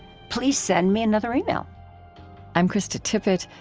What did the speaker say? please send me another email i'm krista tippett.